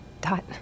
Dot